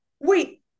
wait